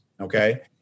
okay